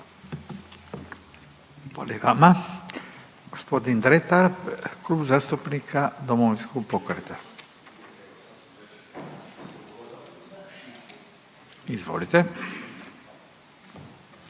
i vama. Gospodin Dretar, klub zastupnika Domovinskog pokreta. Izvolite.